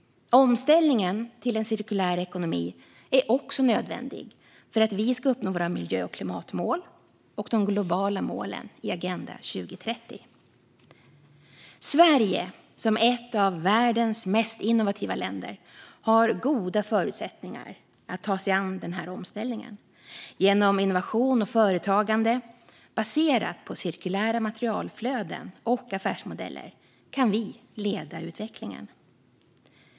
Omställningen till en cirkulär ekonomi är också nödvändig för att vi ska uppnå våra miljö och klimatmål och de globala målen i Agenda 2030. Sverige har som ett av världens mest innovativa länder goda förutsättningar att ta sig an denna omställning. Genom innovation och företagande baserat på cirkulära materialflöden och affärsmodeller kan vi leda utvecklingen.